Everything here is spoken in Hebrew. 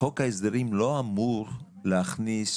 לא אמור להכניס